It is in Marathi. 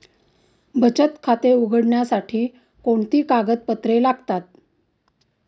बचत खाते उघडण्यासाठी कोणती कागदपत्रे लागतात?